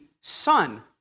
son